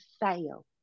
fail